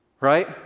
right